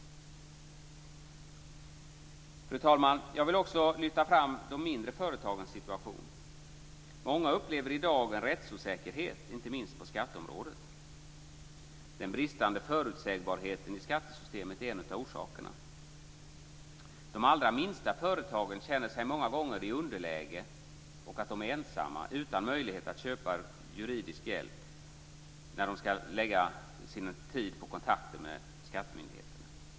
Fru talman! Jag vill också lyfta fram de mindre företagens situation. Många upplever i dag en rättsosäkerhet, inte minst på skatteområdet. Den bristande förutsägbarheten i skattesystemet är en av orsakerna. De allra minsta företagen känner många gånger att de är i underläge och att de är ensamma, utan möjlighet att köpa juridisk hjälp, när de ska lägga ned sin tid på kontakter med skattemyndigheterna.